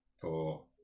four